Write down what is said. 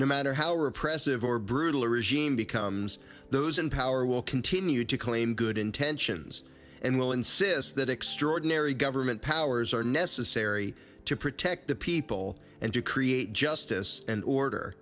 no matter how repressive or brutal regime becomes those in power will continue to claim good intentions and will insist that extraordinary government powers are necessary to protect the people and to create justice and order